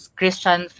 Christian